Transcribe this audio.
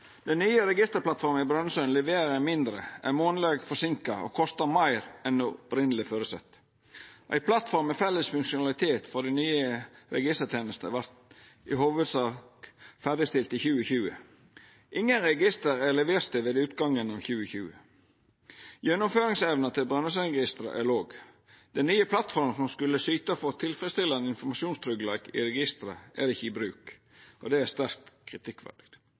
Den nye registerplattforma i Brønnøysund leverer mindre, er monaleg forseinka og kostar meir enn opphavleg føresett. Ei plattform med felles funksjonalitet for den nye registertenesta vart i hovudsak ferdigstilt i 2020. Ingen register er leverte ved utgangen av 2020. Gjennomføringsevna til Brønnøysundregistera er låg. Den nye plattforma som skulle syta for tilfredsstillande informasjonstryggleik ved registeret, er ikkje i bruk – og det er sterkt kritikkverdig.